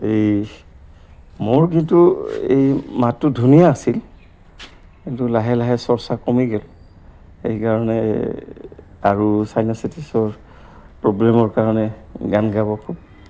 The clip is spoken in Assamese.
এই মোৰ কিন্তু এই মাতটো ধুনীয়া আছিল কিন্তু লাহে লাহে চৰ্চা কমি গ'ল সেইকাৰণে আৰু চাইনা চাইটিছৰ প্ৰব্লেমৰ কাৰণে গান গাব খুব